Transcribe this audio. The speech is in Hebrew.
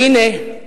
והנה,